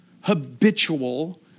habitual